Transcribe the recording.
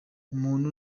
umuntu